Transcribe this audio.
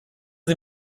sie